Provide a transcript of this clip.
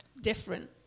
different